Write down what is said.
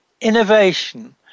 innovation